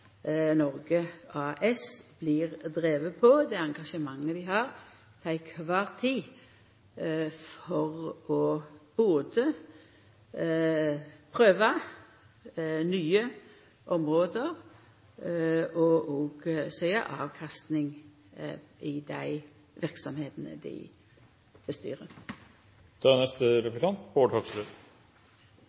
Noreg AS blir driven på, og det engasjementet dei har heile tida for å prøva nye område, og òg avkastninga i dei verksemdene dei